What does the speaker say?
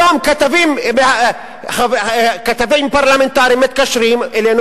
היום כתבים פרלמנטריים מתקשרים אלינו